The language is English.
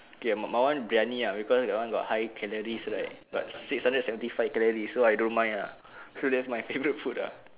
okay my my one biryani ah because that one got high calories right got six hundred seventy five calorie so I don't mind ah so that's my favourite food ah